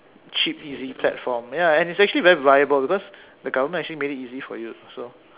cheap easy platform ya and it's actually very viable because the government actually made it easy for you so